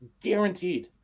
guaranteed